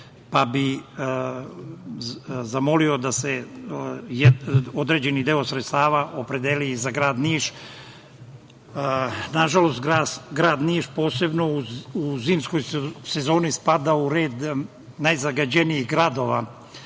pa bih zamolio da se određeni deo sredstava opredeli za grad Niš. Nažalost, grad Niš, posebno u zimskoj sezoni, spada u red najzagađenijih gradova